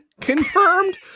confirmed